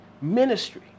Ministry